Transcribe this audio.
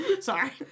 Sorry